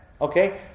Okay